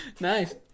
Nice